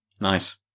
nice